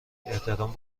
احترام